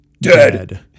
dead